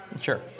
Sure